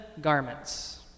garments